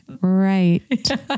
right